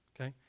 Okay